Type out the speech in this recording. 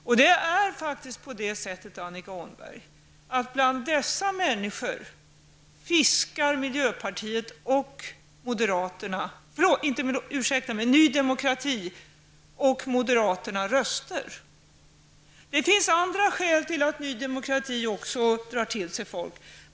Och det är faktiskt så, Annika Åhnberg, att bland dessa människor fiskar Ny demokrati och moderaterna röster. Det finns andra skäl till att Ny demokrati drar till sig folk.